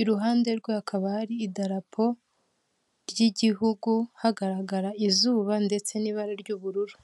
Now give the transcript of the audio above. iruhande rwe hakaba ari idarapo ry'igihugu, hagaragara izuba ndetse n'ibara ry'ubururu.